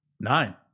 Nine